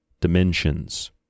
dimensions